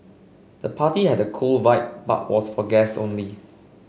the party had a cool vibe but was for guests only